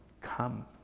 Come